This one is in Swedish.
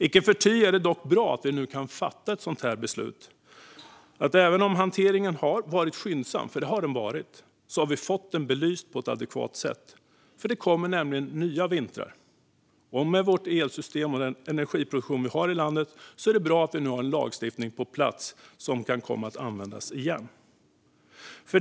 Icke förty är det bra att vi nu kan fatta ett sådant här beslut och att vi även om hanteringen varit skyndsam, för det har den varit, har fått den belyst på ett adekvat sätt. Det kommer nämligen nya vintrar, och med vårt elsystem och den energiproduktion vi har i landet är det bra att vi nu har lagstiftning på plats som kan användas igen.